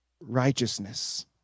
righteousness